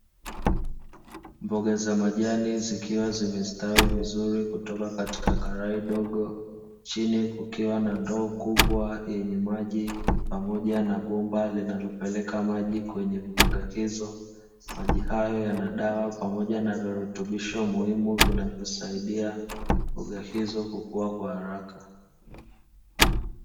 Mboga za majani zikiwa zimestawi vizuri kutoka katika karai dogo, chini kukiwa na ndoo kubwa yenye maji pamoja na bomba linalopeleka maji kwenye mboga hizo. Maji hayo yana dawa, pamoja na virutubisho muhimu vinavyosaidia mboga hizo kukua kwa haraka.